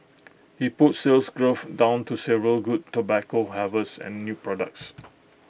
he put Sales Growth down to several good tobacco harvests and new products